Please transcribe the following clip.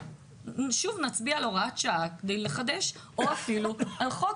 שוב נצביע על הוראת שעה כדי לחדש או אפילו על חוק,